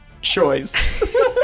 choice